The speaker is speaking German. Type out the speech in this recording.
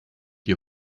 die